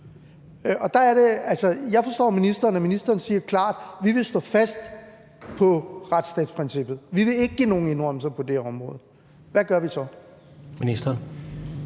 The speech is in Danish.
Jeg forstår på ministeren, at han klart siger, at vi vil stå fast på retsstatsprincippet, og at vi ikke vil give nogen indrømmelser på det område. Hvad gør vi så?